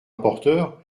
rapporteur